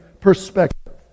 perspective